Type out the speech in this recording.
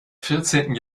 vierzehnten